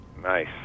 nice